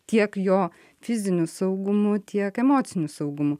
tiek jo fiziniu saugumu tiek emociniu saugumu